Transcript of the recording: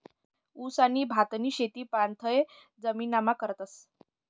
ऊस आणि भातनी शेती पाणथय जमीनमा करतस